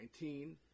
2019